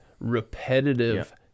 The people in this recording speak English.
repetitive